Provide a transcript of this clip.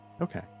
okay